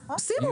אז שימו